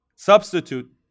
Substitute